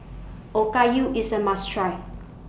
Okayu IS A must Try